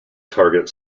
targeting